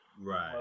Right